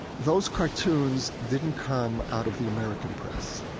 those cartoons didn't come out of the american press.